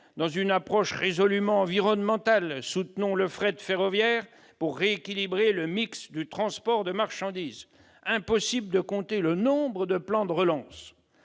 dans une approche résolument environnementale, soutenons le fret ferroviaire pour rééquilibrer le mix du transport de marchandises. Impossible de compter le nombre de plans de relance